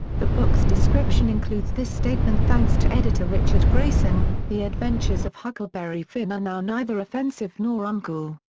the book's description includes this statement thanks to editor richard grayson, the adventures of huckleberry finn are now neither offensive nor uncool.